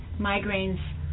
migraines